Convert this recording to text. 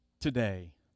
today